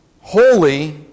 holy